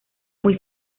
muy